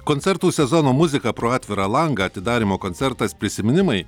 koncertų sezono muzika pro atvirą langą atidarymo koncertas prisiminimai